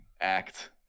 act